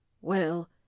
Well